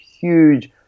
huge